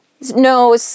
No